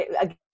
again